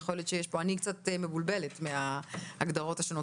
אני קצת מבולבלת מן ההגדרות השונות